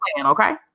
okay